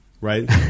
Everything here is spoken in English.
right